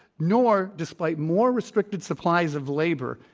nor, despite more restricted supplies of labor,